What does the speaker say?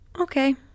okay